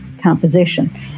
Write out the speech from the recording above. composition